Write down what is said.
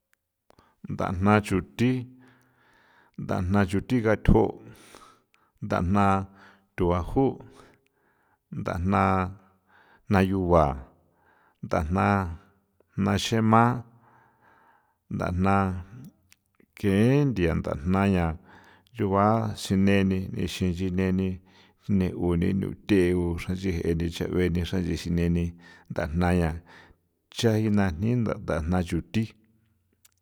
Nthajna xuthi, nthajna xuthi gatjo, nthajna thuaju, nthajna jna yuba, nthajna jna xema, nthajna ke nthia, nthajna ña yuba sineni nixin nchi neni jneu nuthe u nchejeni xra ju ixin neni nthajna ya chajina jni nthajna chuthi.